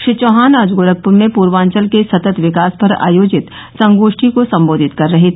श्री चौहान आज गोरखपुर में पूर्वांचल के सतत विकास पर आयोजित संगोष्ठी को सम्बोधित कर रहे थे